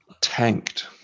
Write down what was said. Tanked